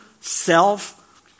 self